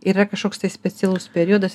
yra kažkoks tai specialus periodas